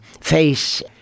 face